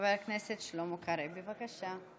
חבר הכנסת שלמה קרעי, בבקשה.